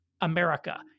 America